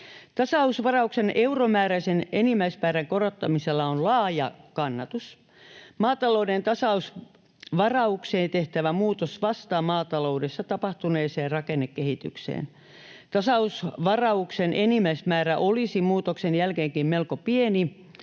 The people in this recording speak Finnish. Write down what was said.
Tasausvarauksen euromääräisen enimmäismäärän korottamisella on laaja kannatus. Maatalouden tasausvaraukseen tehtävä muutos vastaa maataloudessa tapahtuneeseen rakennekehitykseen. Tasausvarauksen enimmäismäärä olisi muutoksen jälkeenkin melko pieni